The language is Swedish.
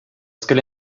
skulle